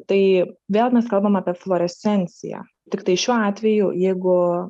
tai vėl mes kalbam apie fluorescenciją tiktai šiuo atveju jeigu